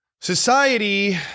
Society